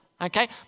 Okay